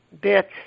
bits